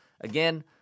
Again